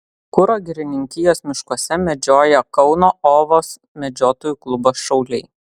kuro girininkijos miškuose medžioja kauno ovos medžiotojų klubo šauliai